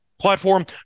platform